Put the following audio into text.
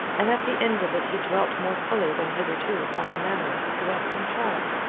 and at the end of it he dwelt more fully than hitherto upon the manner of his arrest and trial.